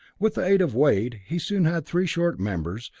with the aid of wade, he soon had three short members,